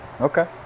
okay